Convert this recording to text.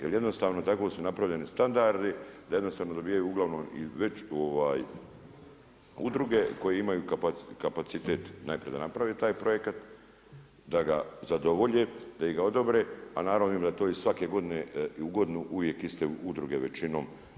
Jer jednostavno tako su napravljeni standardi da jednostavno dobijaju uglavnom i udruge koje imaju kapacitet najprije da naprave taj projekat, da ga zadovolje, da ga odobre, a naravno da to svaku godinu uvijek iste udruge većinom.